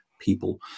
people